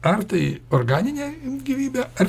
ar tai organinė gyvybė ar